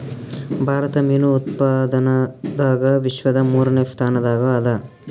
ಭಾರತ ಮೀನು ಉತ್ಪಾದನದಾಗ ವಿಶ್ವದ ಮೂರನೇ ಸ್ಥಾನದಾಗ ಅದ